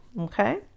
okay